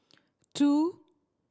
two